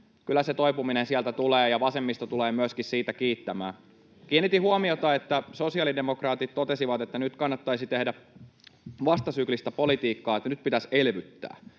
Kyllä se toipuminen sieltä tulee, ja vasemmisto tulee myöskin siitä kiittämään. Kiinnitin huomiota, että sosiaalidemokraatit totesivat, että nyt kannattaisi tehdä vastasyklistä politiikkaa, että nyt pitäisi elvyttää.